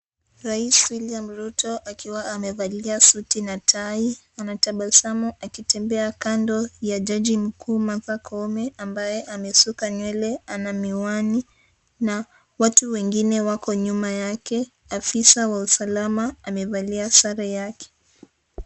Rais William Ruto akiwa amevalia suti na tai, anatabasamu akitembea kando ya jaji mkuu, Martha Koome ambaye amesuka nywele, ana miwani, na watu wengine wako nyuma yake. Afisa wa usalama, amevalia sare yake.